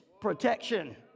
protection